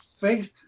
faith